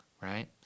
right